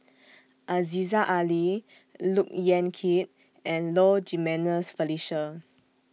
Aziza Ali Look Yan Kit and Low Jimenez Felicia